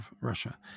Russia